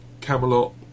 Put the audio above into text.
Camelot